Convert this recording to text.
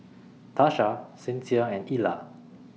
Tasha Sincere and Illa